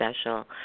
special